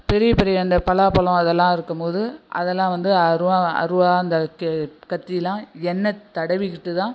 பெரிய பெரிய இந்த பலாப்பழம் இதெல்லாம் இருக்கும்போது அதெல்லாம் வந்து அருவா அருவா இந்த க கத்திலாம் எண்ணெய் தடவிக்கிட்டு தான்